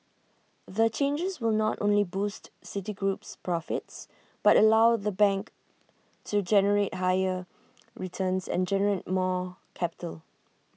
the changes will not only boost Citigroup's profits but allow the bank to generate higher returns and generate more capital